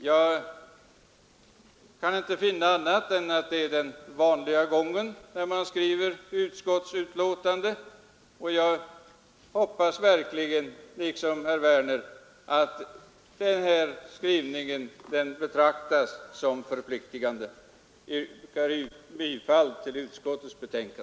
Jag kan inte finna annat än att det är den vanliga gången när man skriver utskottsbetänkanden, och jag hoppas verkligen liksom herr Werner att denna skrivning skall betraktas som förpliktande. Jag yrkar bifall till utskottets hemställan.